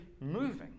moving